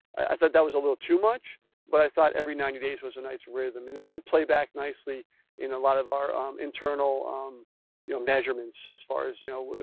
i thought, that was a little too much but i thought, every ninety days was a nice rhythm. and it did play back nicely in a lot of our internal um measurements as far as, you know,